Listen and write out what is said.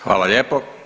Hvala lijepo.